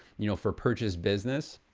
you know, for purchase business,